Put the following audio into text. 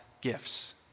gifts